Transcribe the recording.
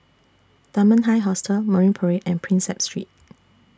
Dunman High Hostel Marine Parade and Prinsep Street